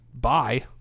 Bye